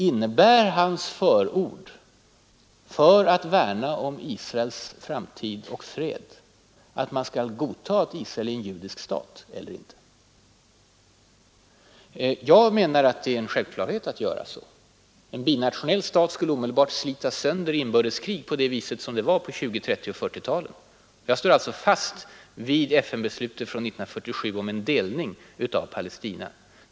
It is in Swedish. Innebär herr Svenssons förord för att värna om Israels framtid och fred att man skall godta att Israel är en judisk stat? Jag menar att det är en självklarhet att göra så. En binationell stat skulle omedelbart slitas sönder av inbördeskrig så som skedde på 1920-, 1930 och 1940-talen. Jag står alltså fast vid FN-beslutet från 1947 om en delning av Palestina.